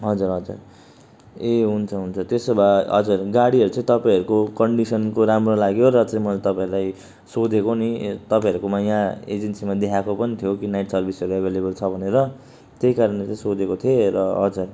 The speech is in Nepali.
हजुर हजुर ए हुन्छ हुन्छ त्यसो भए हजर गाडीहरू चाहिँ तपाईँहरूको कन्डिसनको राम्रो लाग्यो र चाहिँ मैले तपाईँलाई सोधेको नि तपाईँहरूकोमा यहाँ एजेन्सीमा देखाएको पनि थियो कि नाइटट सर्भिसहरू अभाइलेबल छ भनेर त्यही कारणले चाहिँ सोधेको थिएँ र हजुर